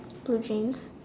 blue jeans